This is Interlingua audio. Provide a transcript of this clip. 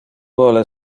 vole